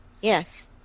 Yes